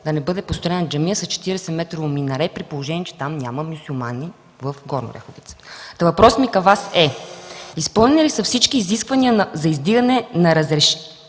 да не бъде построена джамия с 40-метрово минаре, при положение че там няма мюсюлмани. Въпросът ми към Вас е: изпълнени ли са всички изисквания за издаване на разрешение